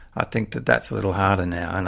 i think that that's a little harder now. and